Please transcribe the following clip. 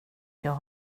jag